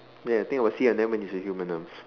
ya I think of a sea anemones with human arms